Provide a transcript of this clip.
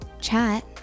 chat